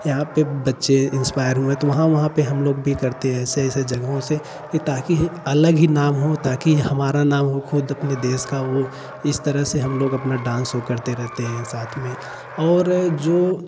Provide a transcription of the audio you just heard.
यहाँ पर बच्चे इंस्पायर हुए तो वहाँ वहाँ पर हम लोग भी करते हैं ऐसे ऐसे जगहों से की ताकि एक अलग ही नाम हो ताकि हमारा नाम हो खुद अपने देश का हो इस तरह से हम लोग अपना डान्स वह करते रहते हैं साथ में और जो